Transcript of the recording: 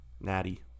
Natty